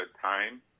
time